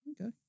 Okay